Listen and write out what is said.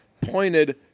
pointed